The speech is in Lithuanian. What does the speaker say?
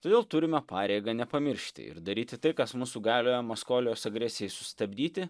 todėl turime pareigą nepamiršti ir daryti tai kas mūsų galioje maskolijos agresijai sustabdyti